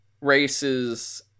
races